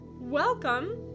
Welcome